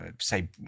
Say